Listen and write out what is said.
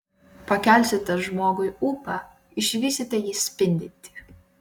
pakelsite žmogui ūpą išvysite jį spindintį